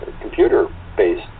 computer-based